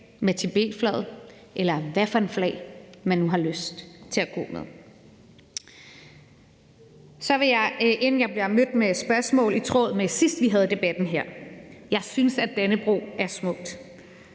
med Tibetflaget, eller hvad for et flag man nu har lyst til at gå med. Så vil jeg, inden jeg bliver mødt med spørgsmål i tråd med dem, der kom, sidst vi havde debatten her, sige, at jeg synes, at Dannebrog er smukt.